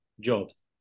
jobs